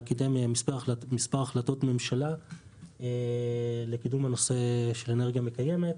קידם מספר החלטות ממשלה לקידום הנושא של אנרגיה מקיימת.